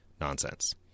nonsense